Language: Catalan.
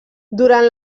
durant